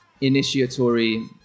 initiatory